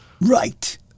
Right